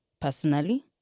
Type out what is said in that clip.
personally